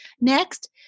Next